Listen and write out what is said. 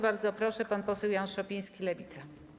Bardzo proszę, pan poseł Jan Szopiński, Lewica.